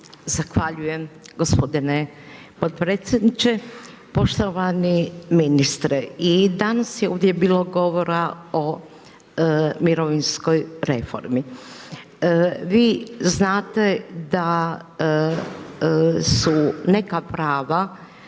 Zahvaljujem gospodine potpredsjedniče. Poštovani ministre i danas je ovdje bilo govora o mirovinskoj reformi. Vi znate da su neka prava